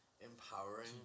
Empowering